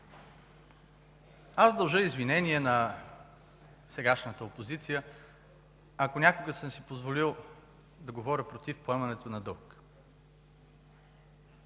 Дължа извинение на сегашната опозиция, ако някога съм си позволил да говоря против поемането на дълг,